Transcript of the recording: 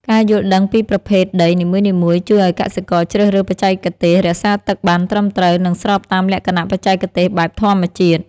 ការយល់ដឹងពីប្រភេទដីនីមួយៗជួយឱ្យកសិករជ្រើសរើសបច្ចេកទេសរក្សាទឹកបានត្រឹមត្រូវ និងស្របតាមលក្ខណៈបច្ចេកទេសបែបធម្មជាតិ។